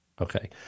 Okay